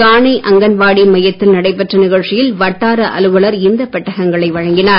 கானை அங்கன்வாடி மையத்தில் நடைபெற்ற நிகழ்ச்சியில் வட்டார அலுவலர் இந்த பெட்டகங்களை வழங்கினார்